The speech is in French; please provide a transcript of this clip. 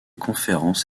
conférences